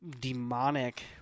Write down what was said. demonic